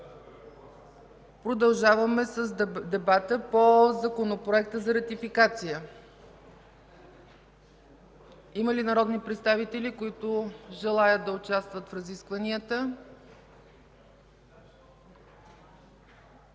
продължаваме с дебата по Законопроекта за ратификация. Има ли народни представители, които желаят да участват в разискванията?